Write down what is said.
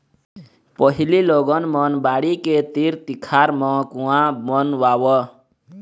पहिली लोगन मन बाड़ी के तीर तिखार म कुँआ बनवावय